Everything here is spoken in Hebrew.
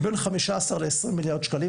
בין 15 ל-20 מיליארד שקלים,